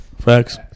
Facts